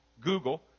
Google